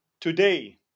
today